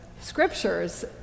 scriptures